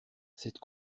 cette